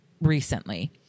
recently